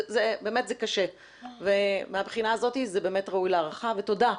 באמת זה קשה ומהבחינה הזאת זה באמת ראוי להערכה ותודה,